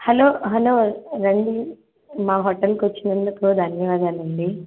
hello hello రండి మా హోటల్కి వచ్చినందుకు ధన్యవాదాలండి